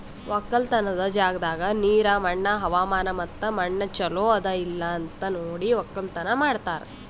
ಒಕ್ಕಲತನದ್ ಜಾಗದಾಗ್ ನೀರ, ಮಣ್ಣ, ಹವಾಮಾನ ಮತ್ತ ಮಣ್ಣ ಚಲೋ ಅದಾ ಇಲ್ಲಾ ಅಂತ್ ನೋಡಿ ಒಕ್ಕಲತನ ಮಾಡ್ತಾರ್